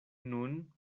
nun